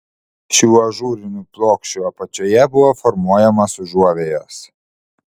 šių ažūrinių plokščių apačioje buvo formuojamos užuovėjos